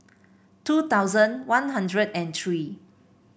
two thousand One Hundred and three